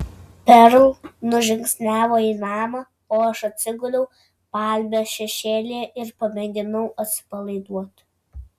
perl nužingsniavo į namą o aš atsiguliau palmės šešėlyje ir pamėginau atsipalaiduoti